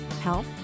health